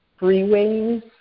freeways